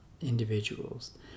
individuals